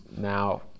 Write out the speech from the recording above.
now